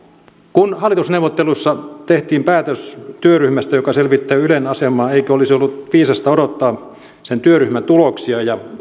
kun hallitusneuvotteluissa tehtiin päätös työryhmästä joka selvittää ylen asemaa eikö olisi ollut viisasta odottaa sen työryhmän tuloksia ja